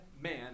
man